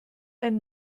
ein